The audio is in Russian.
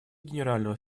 генерального